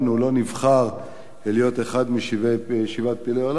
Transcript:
לא נבחר להיות אחד משבעת פלאי עולם.